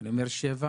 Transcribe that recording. ואני אומר שבע